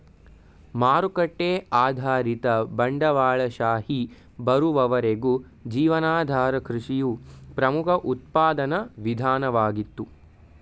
ಮಾರುಕಟ್ಟೆ ಆಧಾರಿತ ಬಂಡವಾಳಶಾಹಿ ಬರುವವರೆಗೂ ಜೀವನಾಧಾರ ಕೃಷಿಯು ಪ್ರಮುಖ ಉತ್ಪಾದನಾ ವಿಧಾನವಾಗಿತ್ತು